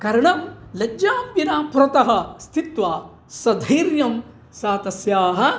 करणं लज्जां विना पुरतः स्थित्वा सधैर्यं सा तस्याः